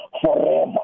forever